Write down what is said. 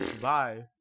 bye